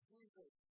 Jesus